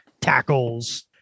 tackles